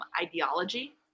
ideology